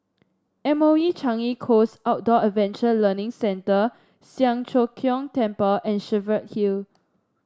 M O E Changi Coast Outdoor Adventure Learning Centre Siang Cho Keong Temple and Cheviot Hill